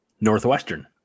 Northwestern